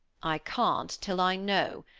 i can't till i know.